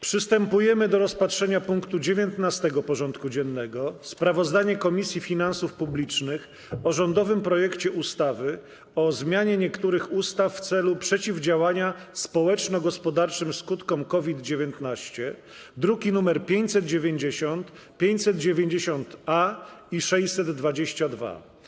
Przystępujemy do rozpatrzenia punktu 19. porządku dziennego: Sprawozdanie Komisji Finansów Publicznych o rządowym projekcie ustawy o zmianie niektórych ustaw w celu przeciwdziałania społeczno-gospodarczym skutkom COVID-19 (druki nr 590, 590-A i 622)